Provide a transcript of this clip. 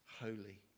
holy